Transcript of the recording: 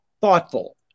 thoughtful